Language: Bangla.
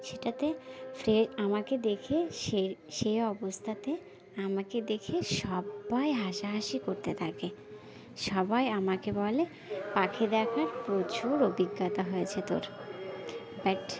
সেটাতে ফ্রে আমাকে দেখে সে সে অবস্থাতে আমাকে দেখে সবাই হাসাহাসি করতে থাকে সবাই আমাকে বলে পাখি দেখার প্রচুর অভিজ্ঞতা হয়েছে তোর বাট